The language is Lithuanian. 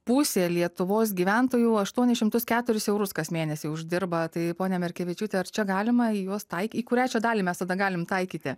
pusė lietuvos gyventojų aštuonis šimtus keturis eurus kas mėnesį uždirba tai ponia merkevičiūte ar čia galima į juos taiky į kurią čia dalį mes tada galim taikyti